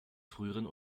früheren